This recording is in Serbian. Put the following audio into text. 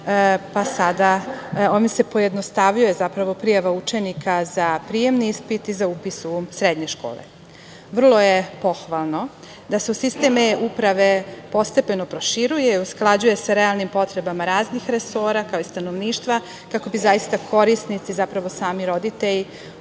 Ovde se pojednostavljuje zapravo prijava učenika za prijemni ispit i za upis u srednje škole. Vrlo je pohvalno da se u sistem eUprave, postepeno proširuje i usklađuje sa realnim potrebama raznih resora, kao i stanovništva, kako bi zaista korisnici, zapravo sami roditelji